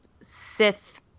Sith